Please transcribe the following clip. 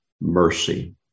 mercy